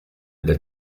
del